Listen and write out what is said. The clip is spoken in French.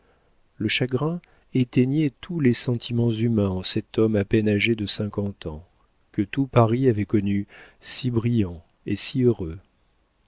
le chagrin éteignait tous les sentiments humains en cet homme à peine âgé de cinquante ans que tout paris avait connu si brillant et si heureux